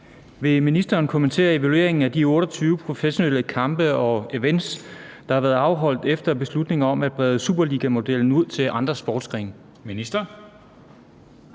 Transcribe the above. Vil ministeren kommentere evalueringen af de 28 professionelle kampe/events, der har været afholdt efter beslutningen om at brede »superligamodellen« ud til andre sportsgrene? Formanden